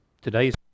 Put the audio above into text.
today's